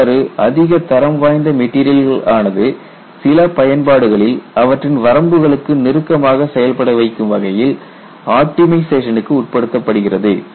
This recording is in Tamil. இவ்வாறு அதிக தரம் வாய்ந்த மெட்டீரியல்கள் ஆனது சில பயன்பாடுகளில் அவற்றின் வரம்புகளுக்கு நெருக்கமாக செயல்பட வைக்கும் வகையில் ஆப்ட்டிமைசேஷனுக்கு உட்படுத்தப்படுகிறது